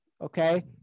okay